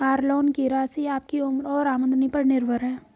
car loan की राशि आपकी उम्र और आमदनी पर निर्भर है